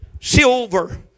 silver